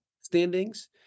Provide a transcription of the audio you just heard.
standings